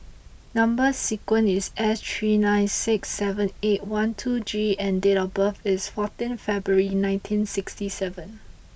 number sequence is S three nine six seven eight one two G and date of birth is fourteen February nineteen sixty seven